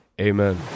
Amen